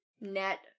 net